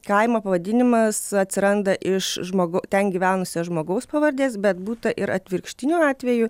kaimo pavadinimas atsiranda iš žmogau ten gyvenusio žmogaus pavardės bet būta ir atvirkštinių atvejų